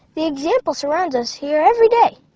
the examples around us here, every day,